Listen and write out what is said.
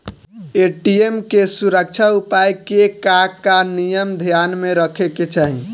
ATM के सुरक्षा उपाय के का का नियम ध्यान में रखे के चाहीं?